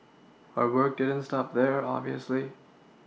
her work didn't stop there obviously